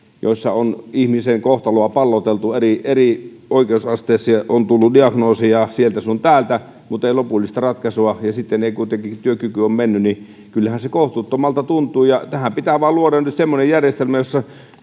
joissa on ihmisen kohtaloa palloteltu eri eri oikeusasteissa ja on tullut diagnooseja sieltä sun täältä mutta ei lopullista ratkaisua ja sitten kuitenkin työkyky on mennyt niin kyllähän se kohtuuttomalta tuntuu tähän pitää vain luoda nyt semmoinen järjestelmä jossa